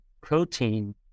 protein